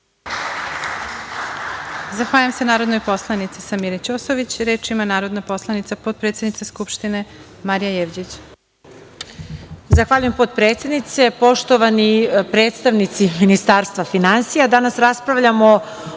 Zahvaljujem se narodnoj poslanici Samiri Ćosović. Reč ima narodna poslanica, potpredsednica Skupštine, Marija Jevđić.